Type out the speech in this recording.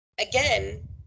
again